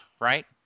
right